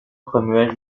remuait